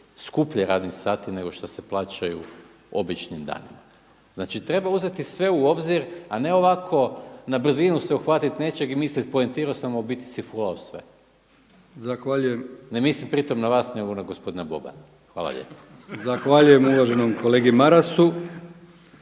skuplje radni sati nego što se plaćaju običnim danima. Znači treba uzeti sve u obzir a ne ovako na brzinu se uhvatiti nečeg i misliti poentirao sam a u biti si fulao sve. Ne mislim pri tome na vas nego na gospodina Bobana. Hvala lijepa. **Brkić, Milijan (HDZ)** Zahvaljujem uvaženom kolegi Marasu.